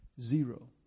Zero